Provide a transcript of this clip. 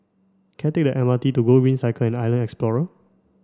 can I take the M R T to Gogreen Cycle and Island Explorer